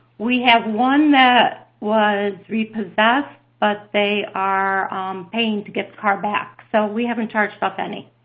we have one that was repossessed, but they are paying to get the car back, so we haven't charged off any.